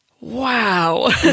Wow